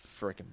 freaking